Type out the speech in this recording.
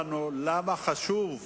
להגיע לכלל בשלות